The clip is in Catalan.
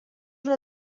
una